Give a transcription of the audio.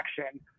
action